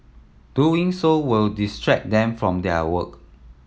doing so will distract them from their work